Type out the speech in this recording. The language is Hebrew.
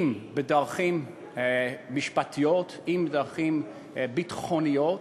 אם בדרכים משפטיות, אם בדרכים ביטחוניות,